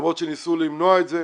למרות שניסו למנוע את זה.